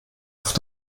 oft